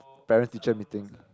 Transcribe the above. parent teacher meeting